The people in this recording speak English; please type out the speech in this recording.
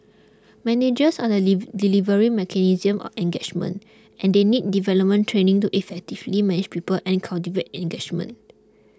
managers are the delivery mechanism of engagement and they need development training to effectively manage people and cultivate engagement